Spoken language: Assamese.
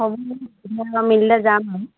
হ'ব যাম আৰু